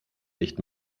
nicht